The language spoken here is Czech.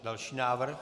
Další návrh.